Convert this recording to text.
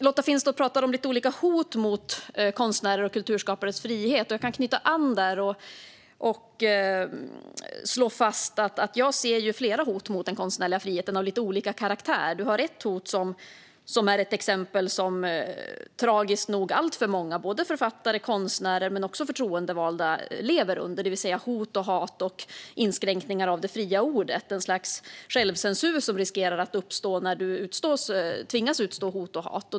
Lotta Finstorp pratar om lite olika hot mot konstnärers och kulturskapares frihet. Jag kan knyta an där och slå fast att jag ser flera hot mot den konstnärliga friheten, av lite olika karaktär. Det finns ett hot som tragiskt nog alltför många författare och konstnärer men också förtroendevalda lever under. Det handlar om hot och hat och inskränkningar av det fria ordet. Ett slags självcensur riskerar att uppstå när du tvingas utstå hot och hat.